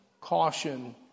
caution